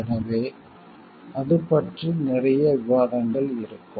எனவே அது பற்றி நிறைய விவாதங்கள் இருக்கும்